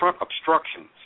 obstructions